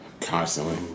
Constantly